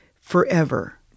forever